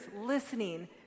listening